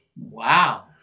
Wow